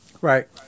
Right